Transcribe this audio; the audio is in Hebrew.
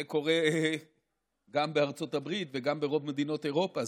זה קורה גם בארצות הברית וגם ברוב מדינות אירופה.